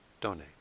donate